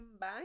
Bye